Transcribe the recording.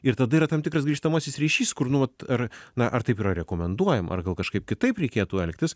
ir tada yra tam tikras grįžtamasis ryšys kur nu vat ar na ar taip yra rekomenduojama ar gal kažkaip kitaip reikėtų elgtis